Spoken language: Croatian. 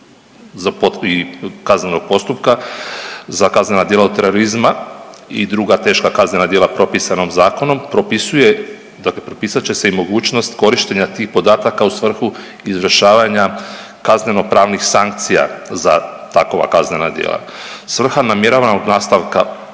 kaznenog postupka, za kaznena djela terorizma i druga teška kaznena djela propisanom zakonom, propisuje, propisat će se i mogućnost korištenja tih podataka u svrhu izvršavanja kaznenopravnih sankcija za takova kaznena djela. Svrha namjeravanog nastanka